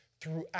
throughout